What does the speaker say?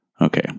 Okay